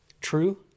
True